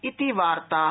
इति वार्ता